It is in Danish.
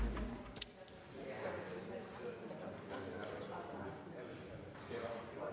tak.